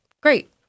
great